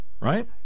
Right